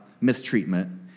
mistreatment